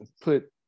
Put